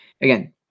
Again